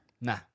Nah